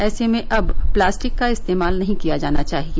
ऐसे में अब प्लास्टिक का इस्तेमाल नहीं किया जाना चाहिए